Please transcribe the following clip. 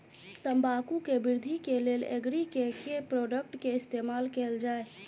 तम्बाकू केँ वृद्धि केँ लेल एग्री केँ के प्रोडक्ट केँ इस्तेमाल कैल जाय?